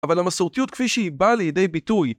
אבל המסורתיות כפי שהיא באה לידי ביטוי